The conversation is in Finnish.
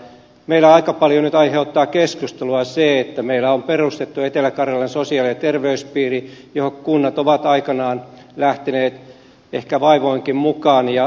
meillä aika paljon nyt aiheuttaa keskustelua se että meillä on perustettu etelä karjalan sosiaali ja terveyspiiri johon kunnat ovat aikanaan lähteneet ehkä vaivoinkin mukaan ja hyvin harkiten